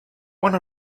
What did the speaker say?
one